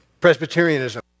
Presbyterianism